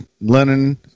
Lenin